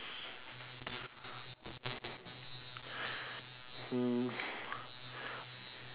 mm